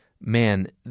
man